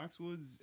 Foxwoods